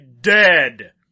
dead